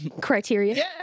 Criteria